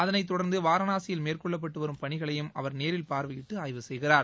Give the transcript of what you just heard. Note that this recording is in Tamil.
அதனை தொடர்ந்து வாரணாசியில் மேற்கொள்ளப்பட்டு வரும் பணிகளையும் அவர் நேரில் பார்வையிட்டு ஆய்வு செய்கிறார்